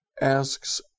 asks